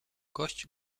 gość